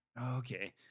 Okay